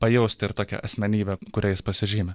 pajausti ir tokią asmenybę kuria jis pasižymi